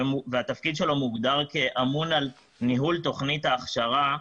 והתפקיד שלו מוגדר כאמון על ניהול תוכנית ההכשרה,